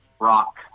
rock